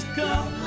come